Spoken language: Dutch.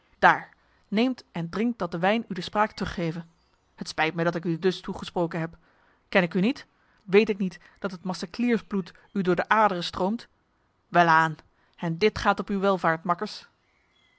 daar neemt en drinkt dat de wijn u de spraak teruggeve het spijt mij dat ik u dus toegesproken heb ken ik u niet weet ik niet dat het macecliersbloed u door de aderen stroomt welaan en dit gaat op uw welvaart makkers